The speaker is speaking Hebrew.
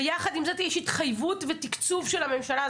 ויחד עם זאת, יש התחייבות ותקצוב של הממשלה.